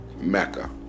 Mecca